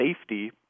safety